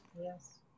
Yes